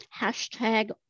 hashtag